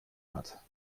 hat